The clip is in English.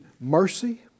mercy